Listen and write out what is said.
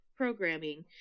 programming